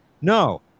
No